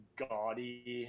gaudy